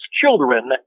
children